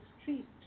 street